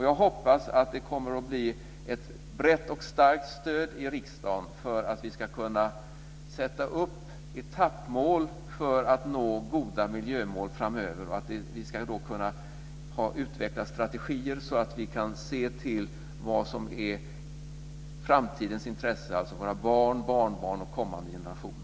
Jag hoppas att det kommer att bli ett brett och starkt stöd i riksdagen för att sätta upp etappmål så att vi kan nå goda miljömål framöver och att vi då ska ha kunnat utveckla strategier för att se till framtidens intressen; våra barn, barnbarn och kommande generationer.